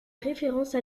référence